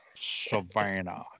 savannah